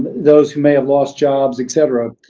those who may have lost jobs, et cetera?